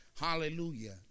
Hallelujah